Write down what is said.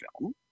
film